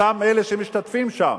אותם אלה שמשתתפים שם,